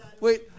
Wait